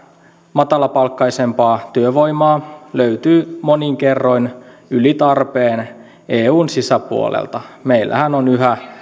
matalapalkkaisempaa työvoimaa löytyy monin kerroin yli tarpeen eun sisäpuolelta meillähän on yhä